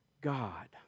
God